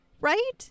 right